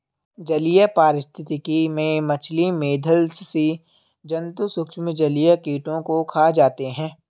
जलीय पारिस्थितिकी में मछली, मेधल स्सि जन्तु सूक्ष्म जलीय कीटों को खा जाते हैं